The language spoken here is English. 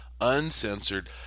uncensored